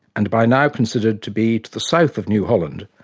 and by now considered to be to the south of new holland,